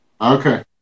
okay